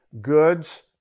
goods